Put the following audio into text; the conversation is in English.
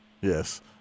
Yes